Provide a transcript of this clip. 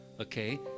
okay